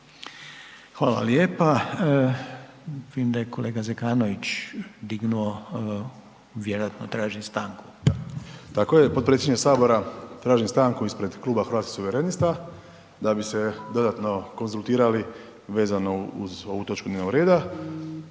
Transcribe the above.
Hvala lijepa. Vidim da je kolega Zekanović dignuo, vjerojatno traži stanku. **Zekanović, Hrvoje (HRAST)** Tako je potpredsjedniče Sabora. Tražim stanku ispred kluba Hrvatskih suverenista da bi se dodatno konzultirali vezano uz ovu točku dnevnog reda.